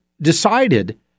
decided